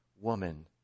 woman